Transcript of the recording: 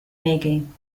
maggie